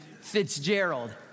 Fitzgerald